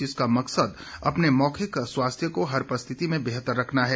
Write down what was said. जिसका मकसद अपने मौखिक स्वास्थ्य को हर परिस्थिति में बेहतर रखना है